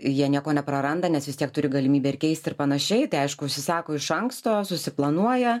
jie nieko nepraranda nes vis tiek turi galimybę ir keisti ir panašiai tai aišku užsisako iš anksto susiplanuoja